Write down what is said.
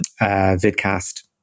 vidcast